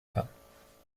kann